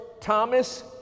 thomas